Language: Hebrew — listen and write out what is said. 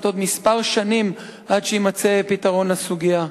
עוד כמה שנים עד שיימצא פתרון לסוגיה.